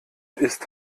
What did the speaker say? ist